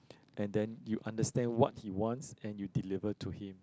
and then you understand what he wants and you deliver to him